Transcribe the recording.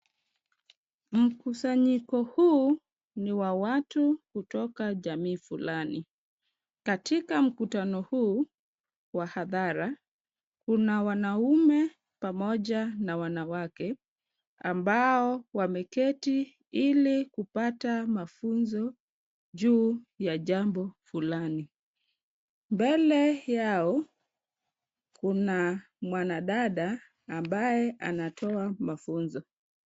Mkusanyiko huu ni wa watu kutoka jamii fulani. Katika mkutano huu wa hadhara kuna wanaume pamoja na wanawake ambao wameketi ili kupata mafunzo juu ya jambo fulani. Mbele yao kuna mwanadada ambaye anatoa mafunzo.